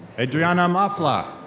adriana mafla.